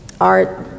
art